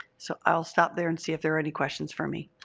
so i'll stop there and see if there are any questions for me.